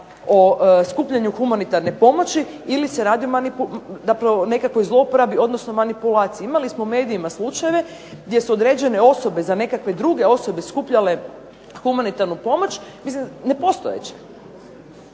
o skupljanju humanitarne pomoći ili se radi zapravo o nekakvoj zlouporabi, odnosno manipulaciji. Imali smo u medijima slučajeve gdje su određene osobe za nekakve druge osobe skupljale humanitarnu pomoć mislim nepostojeće.